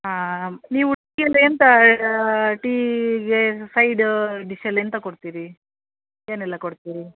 ಆ ನೀವು ಉಡುಪಿಯಲ್ಲಿ ಎಂತ ಟೀಗೆ ಸೈಡ ಡಿಶ್ ಅಲ್ಲಿ ಎಂತ ಕೊಡ್ತೀರಿ ಏನೆಲ್ಲ ಕೊಡ್ತೀರಿ